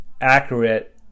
accurate